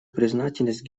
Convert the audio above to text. признательность